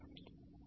2πf0175103 है